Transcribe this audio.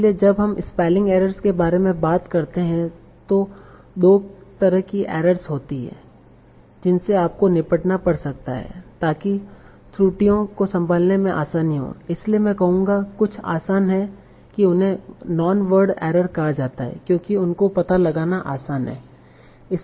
इसलिए जब हम स्पेलिंग एररस के बारे में बात करते हैं तो 2 तरह की एररस होती हैं जिनसे आपको निपटना पड़ सकता है ताकि त्रुटियों को संभालने में आसानी हो इसलिए मैं कहूंगा कुछ आसन है कि उन्हें नॉन वर्ड एरर कहा जाता है क्योंकि उनको पता लगाना आसान हैं